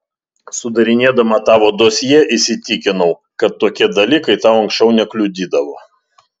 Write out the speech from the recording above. sudarinėdama tavo dosjė įsitikinau kad tokie dalykai tau anksčiau nekliudydavo